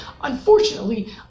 Unfortunately